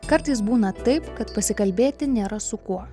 kartais būna taip kad pasikalbėti nėra su kuo